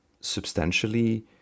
substantially